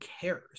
cares